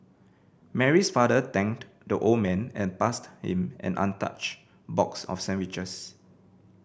Mary's father thanked the old man and passed him an untouched box of sandwiches